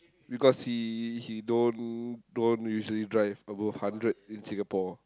because he he don't don't usually drive above hundred in Singapore